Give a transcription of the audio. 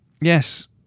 Yes